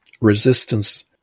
resistance